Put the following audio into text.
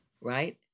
right